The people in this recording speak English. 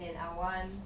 and I want